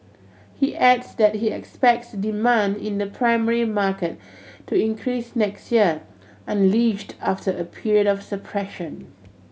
he adds that he expects demand in the primary market to increase next year unleashed after a period of suppression